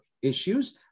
Issues